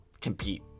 compete